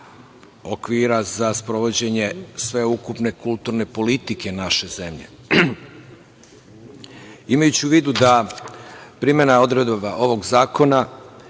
okvira za sprovođenje sveukupne kulturne politike naše zemlje. Imajući u vidu da primena odredbi ovog zakona